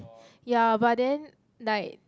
ya but then like